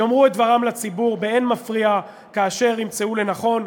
יאמרו את דברם לציבור באין מפריע כאשר ימצאו לנכון,